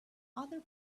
other